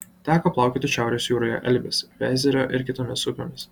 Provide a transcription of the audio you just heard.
teko plaukioti šiaurės jūroje elbės vėzerio ir kitomis upėmis